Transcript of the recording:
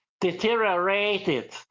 Deteriorated